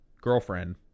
girlfriend